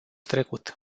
trecut